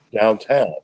downtown